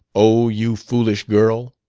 oh, you foolish girl?